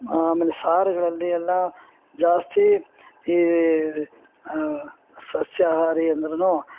ಆಮೇಲೆ ಸಾರುಗಳಲ್ಲಿ ಎಲ್ಲ ಜಾಸ್ತಿ ಈ ಸಸ್ಯಾಹಾರ ಅಂದ್ರು